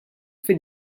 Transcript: fid